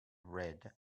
red